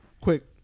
Quick